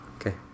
okay